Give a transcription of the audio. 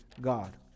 God